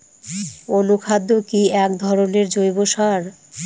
অনুখাদ্য কি এক ধরনের জৈব সার?